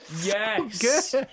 Yes